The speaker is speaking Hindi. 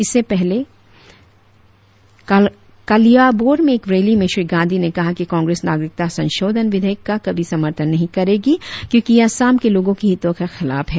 इससे पहले कालियाबोर में एक रैली में श्री गांधी ने कहा कि कांग्रेस नागरिकता संशोधन विधेयक का कभी समर्थन नहीं करेगी क्योंकि यह असम के लोगों के हितों के खिलाफ है